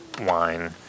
wine